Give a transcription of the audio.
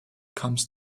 comes